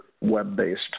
web-based